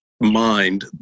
mind